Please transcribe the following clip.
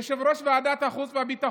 יושב-ראש ועדת החוץ והביטחון,